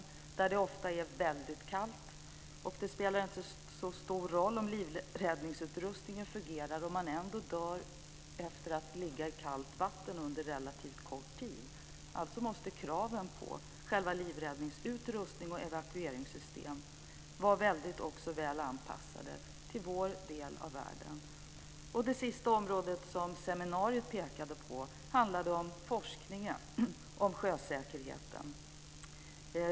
Här är det ofta väldigt kallt, och det spelar inte så stor roll om livräddningsutrustningen fungerar om man ändå dör av att ligga i kallt vatten under relativt kort tid. Alltså måste kraven på själva livräddningsutrustningen och evakueringssystemen vara väl anpassade till vår del av världen. Det sista området som seminariet pekade på handlade om forskningen om sjösäkerheten.